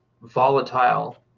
volatile